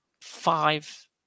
five